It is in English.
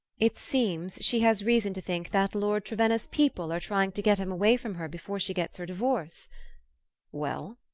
it seems she has reason to think that lord trevenna's people are trying to get him away from her before she gets her divorce well?